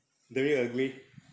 do you agree